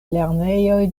lernejoj